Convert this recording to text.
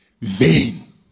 Vain